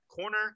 corner